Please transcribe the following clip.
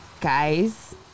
guys